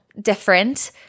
different